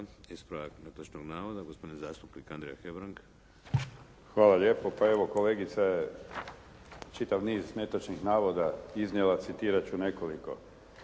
Ispravak netočnog navoda gospodin zastupnik Andrija Hebrang. **Hebrang, Andrija (HDZ)** Hvala lijepo. Pa evo, kolegica je čitav niz netočnih navoda iznijela. Citirat ću nekoliko.